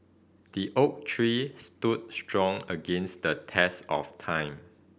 the oak tree stood strong against the test of time